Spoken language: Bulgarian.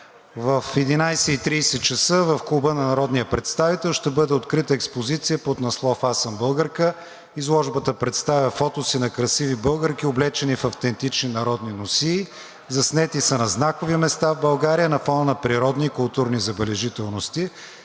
В 11,30 ч. в Клуба на народния представител ще бъде открита експозиция под надслов „Аз съм българка“. Изложбата представя фотоси на красиви българки, облечени в автентични народни носии, заснети на знакови места в България на фона на природни и културни забележителности.